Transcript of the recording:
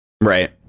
Right